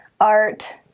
art